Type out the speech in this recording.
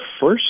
first